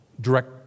Direct